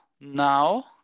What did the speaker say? now